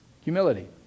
humility